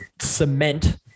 cement